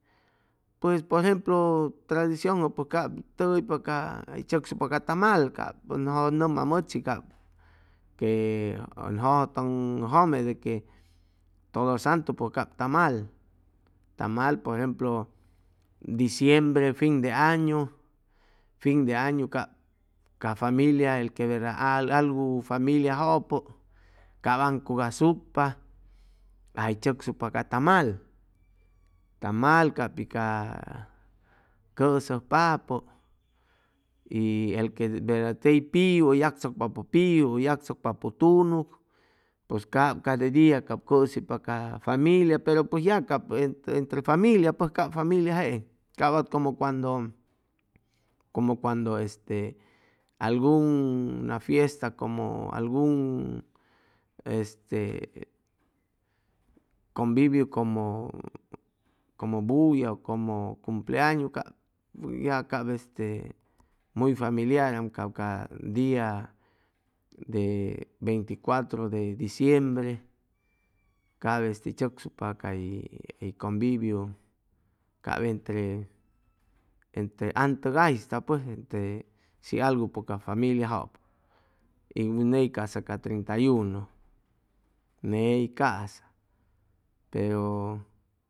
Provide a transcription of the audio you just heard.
Pues por ejemplo tradicionjʉ pʉj cap tʉgʉypa ca hʉy tzʉcsucpa ca tamal ʉn nʉmam ʉchi cap que ʉn jʉjʉtʉŋʉ jhʉme de que todo santu pʉj cap tamal tamal por ejemplo diciembre fin de añu fin de añu cap ca ca familia el que verda algu familia jʉpʉ cap aŋcugasucpa aj hʉy tzʉcsucpa ca tamal tamal cap pi ca cʉsʉjpapʉ y el que verda tey piu hʉy yagchʉcpapʉ piu u yagchʉcpapʉ tunug pues cap ca de dia cap cʉsʉypa ca familia pero pues ya cap este entre familia cap ca familia jeeŋ cap wat como cuando como cuando este alguna fiesta como alguŋ este conviviu como como bulla ʉ como cumpleañu cap ya cap este muy familiar am cap ca dia de veinti y cuatro de diciembre cap hʉy tzʉcsucpa cay conviviu cap entre antʉgaysta pues entre shi algupʉ ca familiajʉ y ney ca'sa ca treinta y uno ney ca'sa pero